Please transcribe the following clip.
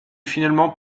finalement